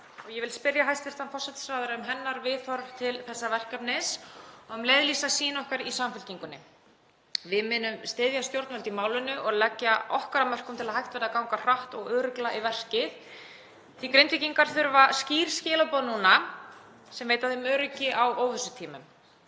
Ég vil spyrja hæstv. forsætisráðherra um hennar viðhorf til þessa verkefnis og um leið lýsa sýn okkar í Samfylkingunni. Við munum styðja stjórnvöld í málinu og leggja okkar af mörkum til að hægt verði að ganga hratt og örugglega í verkið því að Grindvíkingar þurfa skýr skilaboð núna sem veita þeim öryggi á óvissutímum.